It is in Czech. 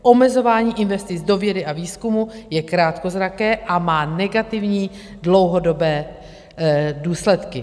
Omezování investic do vědy a výzkumu je krátkozraké a má negativní dlouhodobé důsledky.